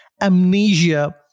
amnesia